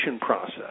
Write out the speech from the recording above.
process